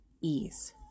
ease